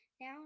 now